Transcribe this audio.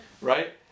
right